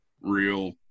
real